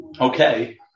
okay